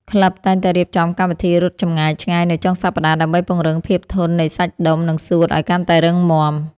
ក្លឹបតែងតែរៀបចំកម្មវិធីរត់ចម្ងាយឆ្ងាយនៅចុងសប្តាហ៍ ដើម្បីពង្រឹងភាពធន់នៃសាច់ដុំ និងសួតឱ្យកាន់តែរឹងមាំ។